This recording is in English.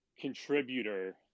contributor –